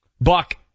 Buck